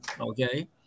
okay